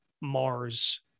Mars